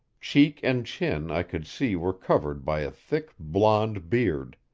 cheek and chin i could see were covered by a thick blond beard.